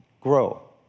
Grow